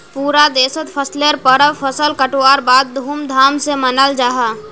पूरा देशोत फसलेर परब फसल कटवार बाद धूम धाम से मनाल जाहा